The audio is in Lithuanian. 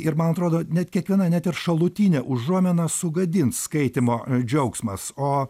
ir man atrodo net kiekviena net ir šalutinė užuomina sugadins skaitymo džiaugsmas o